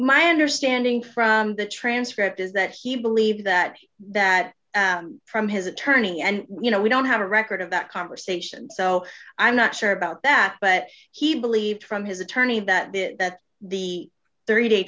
my understanding from the transcript is that he believes that that from his attorney and you know we don't have a record of that conversation so i'm not sure about that but he believed from his attorney that the that the thirty day